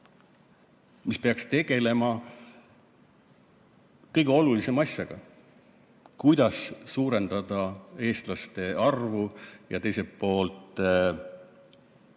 mis peaks tegelema kõige olulisema asjaga: kuidas suurendada eestlaste arvu. Teiselt poolt see